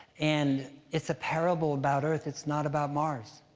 and it's a parable about earth. it's not about mars.